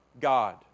God